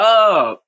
up